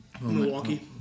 Milwaukee